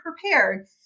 prepared